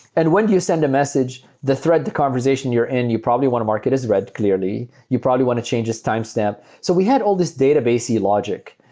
and when you send a message, the thread, the conversation you're in, you probably want to market is read clearly. you probably want to change this timestamp. so we had all this database-y logic.